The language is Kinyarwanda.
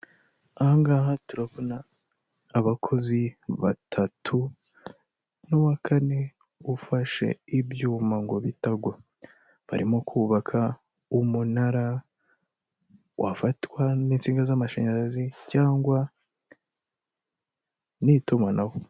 Aha ngaha turabona abakozi batatu n'uwa kane ufashe ibyuma ngo bitagwa, barimo kubaka umunara wafatwa n'insinga z'amashanyarazi cyangwa n'itumanaho.